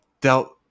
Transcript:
dealt